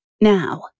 Now